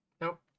Nope